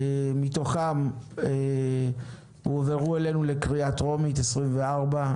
מתוכן הועברו אלינו לקריאה טרומית 24,